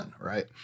right